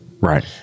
right